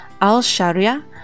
Al-Sharia